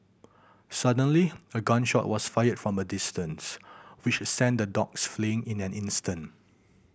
suddenly a gun shot was fired from a distance which sent the dogs fleeing in an instant